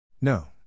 No